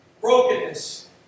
brokenness